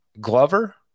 Glover